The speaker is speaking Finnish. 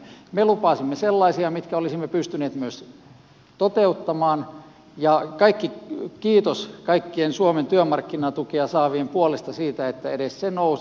me lupasimme sellaisia mitkä olisimme pystyneet myös toteuttamaan ja kiitos kaikkien suomen työmarkkinatukea saavien puolesta siitä että edes se nousi